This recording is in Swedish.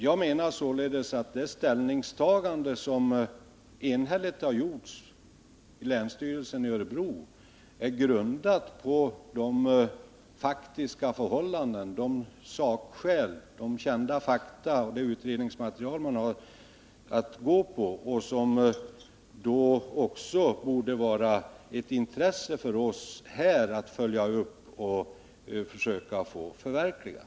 Jag menar således att det ställningstagande som har gjorts enhälligt av länsstyrelsen i Örebro är grundat på de faktiska förhållanden, sakskäl och kända fakta samt det utredningsmaterial man har haft att gå efter. Det borde då också vara ett intresse för oss här att följa upp det och försöka få det förverkligat.